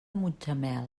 mutxamel